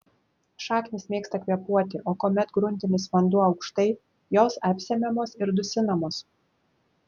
šaknys mėgsta kvėpuoti o kuomet gruntinis vanduo aukštai jos apsemiamos ir dusinamos